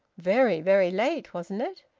very, very late, wasn't it?